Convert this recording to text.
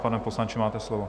Pane poslanče, máte slovo.